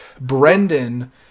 Brendan